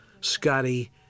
Scotty